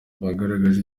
bagaragaje